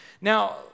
Now